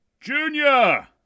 Junior